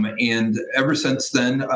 um and ever since then,